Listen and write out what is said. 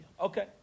Okay